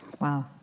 Wow